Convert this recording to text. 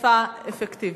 אכיפה אפקטיבית.